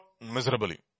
miserably